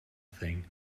thing